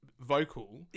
vocal